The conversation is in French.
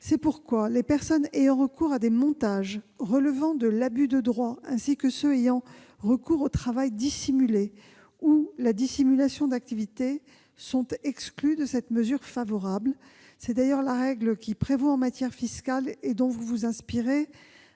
C'est pourquoi les personnes ayant recours à des montages relevant de l'abus de droit, ainsi que celles qui recourent au travail dissimulé ou à la dissimulation d'activité sont exclues de cette mesure favorable. C'est d'ailleurs la règle qui prévaut en matière fiscale et dont les auteurs de